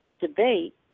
debate